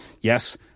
yes